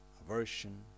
aversion